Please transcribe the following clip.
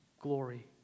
glory